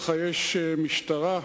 יש משטרה,